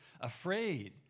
afraid